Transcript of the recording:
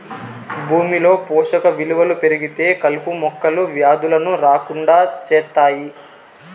భూమిలో పోషక విలువలు పెరిగితే కలుపు మొక్కలు, వ్యాధులను రాకుండా చేత్తాయి